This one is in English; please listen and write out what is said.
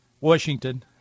Washington